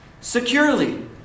securely